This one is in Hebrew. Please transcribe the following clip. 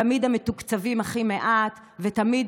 תמיד הם מתוקצבים הכי מעט ותמיד